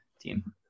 team